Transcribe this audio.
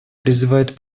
призывает